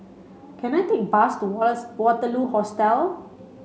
can I take a bus to Waterloo Hostel